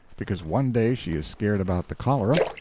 because one day she is scared about the cholera,